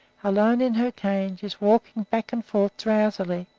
alone in her cage, is walking back and forth drowsily,